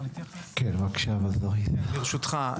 ברשותך,